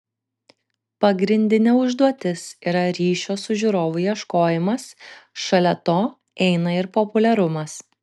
pagrindinė užduotis yra ryšio su žiūrovu ieškojimas šalia to eina ir populiarumas